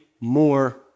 more